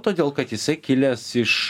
todėl kad jisai kilęs iš